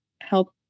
help